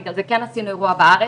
בגלל זה כן עשינו אירוע בארץ.